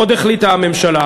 עוד החליטה הממשלה,